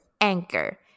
Anchor